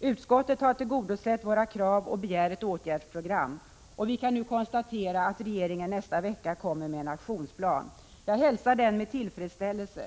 Utskottet har tillgodosett våra krav och begär ett åtgärdsprogram. Vi kan nu konstatera att regeringen nästa vecka kommer med en aktionsplan. Jag hälsar den med tillfredsställelse.